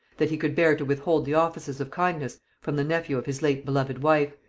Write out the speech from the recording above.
that he could bear to withhold the offices of kindness from the nephew of his late beloved wife,